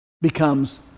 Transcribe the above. becomes